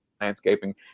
Landscaping